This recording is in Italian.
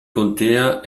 contea